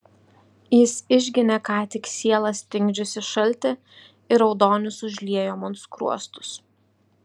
jis išginė ką tik sielą stingdžiusį šaltį ir raudonis užliejo man skruostus